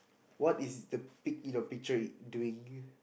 what is the pig in your picture doing